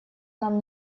нам